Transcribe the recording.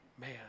man